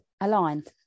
aligned